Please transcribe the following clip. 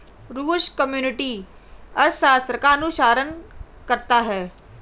रूस कम्युनिस्ट अर्थशास्त्र का अनुसरण करता है